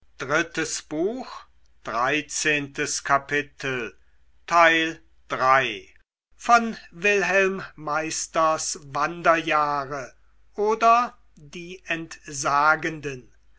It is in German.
goethe wilhelm meisters wanderjahre oder die entsagenden